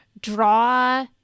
draw